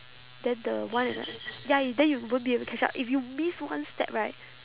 then the one and a ya you then you won't be able to catch up if you miss one step right